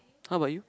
how about you